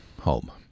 home